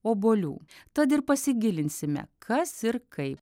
obuolių tad ir pasigilinsime kas ir kaip